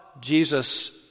Jesus